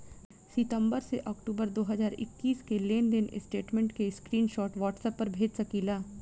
सितंबर से अक्टूबर दो हज़ार इक्कीस के लेनदेन स्टेटमेंट के स्क्रीनशाट व्हाट्सएप पर भेज सकीला?